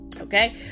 Okay